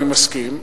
אני מסכים.